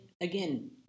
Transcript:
again